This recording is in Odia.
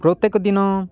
ପ୍ରତ୍ୟେକ ଦିନ